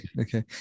okay